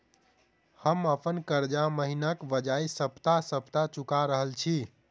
हम अप्पन कर्जा महिनाक बजाय सप्ताह सप्ताह चुका रहल छि